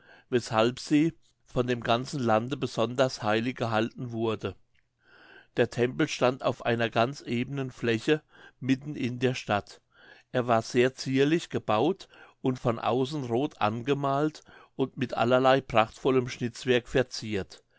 weshalb sie von dem ganzen lande besonders heilig gehalten wurde der tempel stand auf einer ganz ebenen fläche mitten in der stadt er war sehr zierlich gebaut und von außen roth angemalt und mit allerlei prachtvollem schnitzwerk verziert